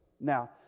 Now